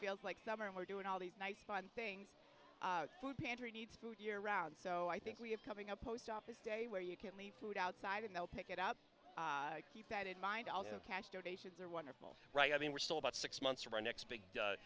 feels like summer and we're doing all the nice things food pantry needs food year round so i think we have coming up post office day where you can leave food outside and they'll pick it up keep that in mind the cash donations are wonderful right i mean we're still about six months from our next big